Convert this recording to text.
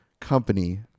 company